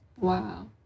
wow